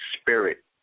spirit